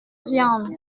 viande